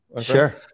Sure